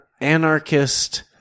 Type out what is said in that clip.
anarchist